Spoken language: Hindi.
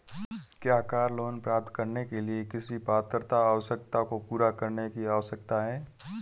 क्या कार लोंन प्राप्त करने के लिए किसी पात्रता आवश्यकता को पूरा करने की आवश्यकता है?